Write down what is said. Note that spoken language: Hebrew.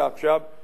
באותו תקדים,